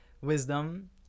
wisdom